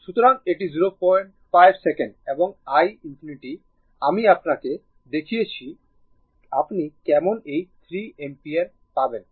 সুতরাং এটি 05 সেকেন্ড এবং i ∞ আমি আপনাকে দেখিয়েছি আপনি কেমনে এই 3 অ্যাম্পিয়ারপাবেন